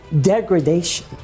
degradation